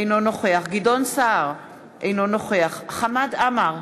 אינו נוכח גדעון סער, אינו נוכח חמד עמאר,